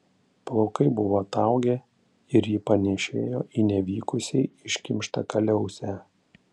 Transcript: plaukai buvo ataugę ir ji panėšėjo į nevykusiai iškimštą kaliausę